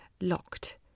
locked